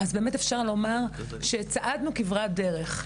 באמת אפשר לומר שצעדנו כברת דרך,